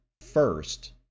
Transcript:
first